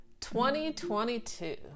2022